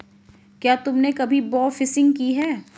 क्या तुमने कभी बोफिशिंग की है?